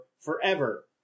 forever